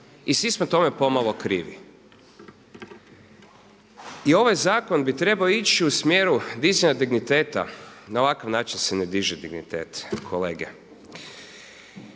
I svi smo tome pomalo krivi. I ovaj zakon bi trebao ići u smjeru dizanja digniteta. Na ovakav način se ne diže dignitet. No